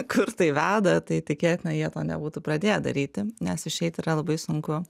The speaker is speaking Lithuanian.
kur tai veda tai tikėtina jie to nebūtų pradėję daryti nes išeit yra labai sunku